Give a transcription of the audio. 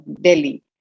Delhi